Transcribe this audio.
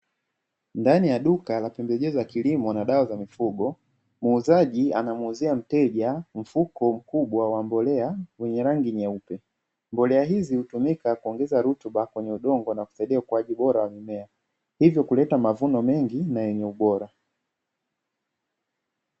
Ndani ya duka la pembejeo za kilimo na dawa za mifugo, muuzaji anamuuzia mteja mfuko mkubwa wa mbolea wenye rangi nyeupe. Mbolea hizi hutumika kuongeza rutuba kwenye udongo na kusaidia ukuaji bora wa mimea, hivyo kuleta mavuno mengi na yenye ubora.